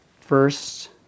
first